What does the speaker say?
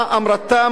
אום-רתאם,